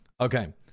okay